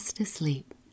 Asleep